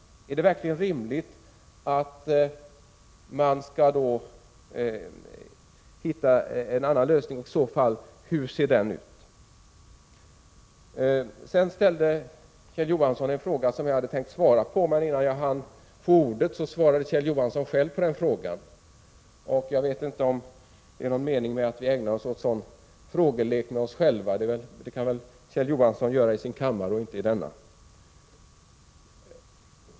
Är det rimligt att hitta en annan lösning? Hur skulle den i så fall se ut? Kjell Johansson ställde en fråga som jag hade tänkt svara på, men innan jag hann få ordet svarade Kjell Johansson själv på den. Jag vet inte om det är någon mening med att vi ägnar oss åt frågelek med oss själva. Kjell Johansson kan göra det i sin egen kammare men inte i denna.